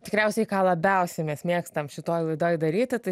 tikriausiai ką labiausiai mes mėgstam šitoj laidoj daryti tai